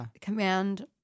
command